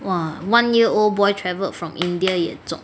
!wah! one year old boy travelled from india 也中